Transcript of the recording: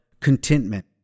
contentment